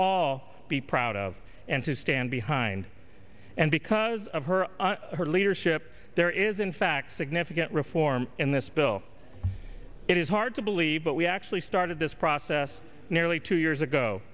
all be proud of and to stand behind and because of her her leadership there is in fact significant reform in this bill it is hard to believe but we actually started this process nearly two years ago